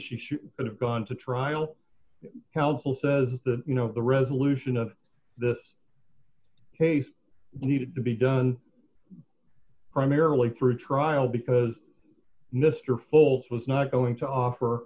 she should have gone to trial counsel says that you know the resolution of this case needed to be done primarily through trial because mr fultz was not going to offer